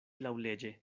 laŭleĝe